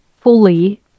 fully